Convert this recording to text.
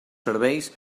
serveis